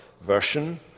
Version